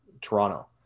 Toronto